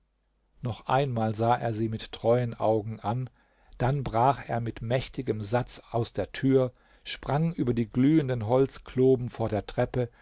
noch einmal sah er sie mit treuen augen an dann brach er mit mächtigem satz aus der tür sprang über die glühenden holzkloben vor der treppe